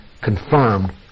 confirmed